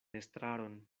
estraron